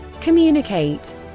Communicate